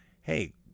hey